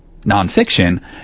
nonfiction